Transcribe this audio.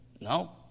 No